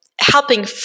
helping